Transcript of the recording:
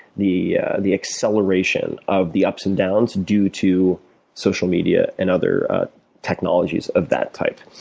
the yeah the acceleration of the ups and downs due to social media and other technologies of that type.